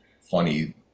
funny